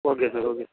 okay sir okay